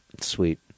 Sweet